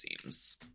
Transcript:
seems